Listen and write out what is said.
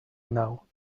now